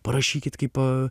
parašykit kaip